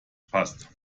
passt